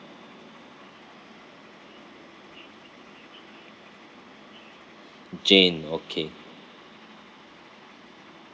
jane okay